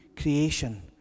creation